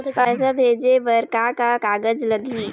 पैसा भेजे बर का का कागज लगही?